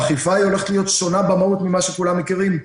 האכיפה הולכת להיות שונה במהות ממה שכולם מכירים.